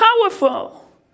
powerful